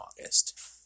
August